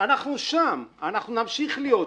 אנחנו שם, אנחנו נמשיך לחיות שם.